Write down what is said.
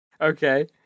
Okay